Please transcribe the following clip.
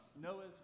Noah's